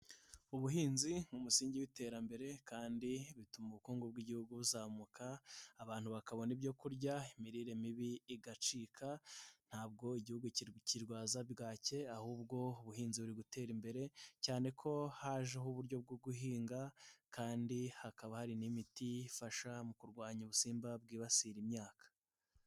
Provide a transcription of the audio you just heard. Ubuhinzi nk'umusingi w'iterambere kandi bituma ubukungu bw'Igihugu buzamuka abantu bakabona ibyo kurya imirire mibi igacika, ntabwo igihugu kirwaza bwake ahubwo ubuhinzi buri gutera imbere cyane ko hajeho uburyo bwo guhinga kandi hakaba hari n'imiti ifasha mu kurwanya ubusimba bwibasira imyaka.